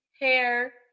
hair